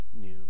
new